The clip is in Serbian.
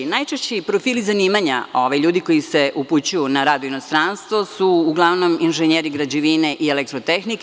Najčešći profili zanimanja ljudi koji se upućuju na rad u inostranstvo su uglavnom inženjeri građevine i elektrotehnike.